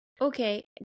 okay